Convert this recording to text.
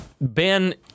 Ben